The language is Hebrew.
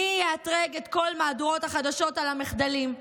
מי יאתרג את כל מהדורות החדשות על המחדלים?